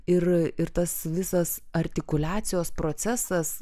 ir ir tas visas artikuliacijos procesas